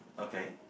okay